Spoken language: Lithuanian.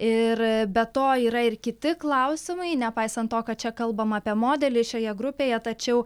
ir be to yra ir kiti klausimai nepaisant to kad čia kalbama apie modelį šioje grupėje tačiau